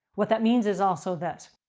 what that means is also this.